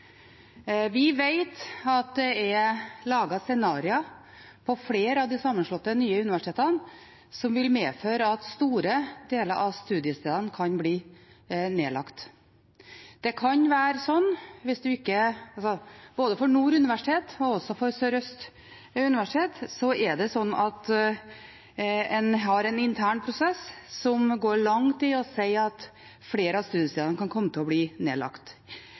Vi vet at det er laget scenarioer på flere av de sammenslåtte nye universitetene som vil medføre at store deler av studiestedene kan bli nedlagt. For både Nord universitet og Universitetet i Sørøst-Norge er det slik at en har en intern prosess som går langt i å si at flere av studiestedene kan komme til å bli nedlagt.